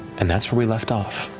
and that's where we left off.